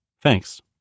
Thanks